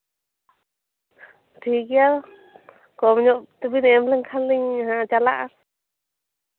ᱴᱷᱤᱠ ᱜᱮᱭᱟ ᱠᱚᱢ ᱧᱚᱜ ᱛᱮᱵᱮᱱ ᱮᱢ ᱞᱮᱱᱠᱷᱟᱱ ᱞᱤᱧ ᱪᱟᱞᱟᱜᱼᱟ